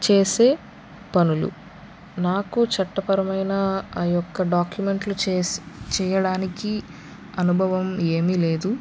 చేసే పనులు నాకు చట్టపరమైన ఆ యొక్క డాక్యుమెంట్లు చేసి చేయడానికి అనుభవం ఏమి లేదు